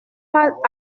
pas